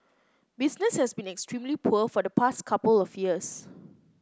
business has been extremely poor for the past couple of years